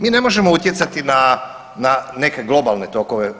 Mi ne možemo utjecati na neke globalne tokove.